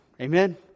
amen